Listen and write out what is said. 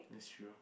that's true